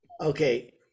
Okay